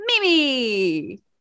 Mimi